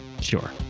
sure